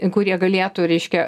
kurie galėtų reiškia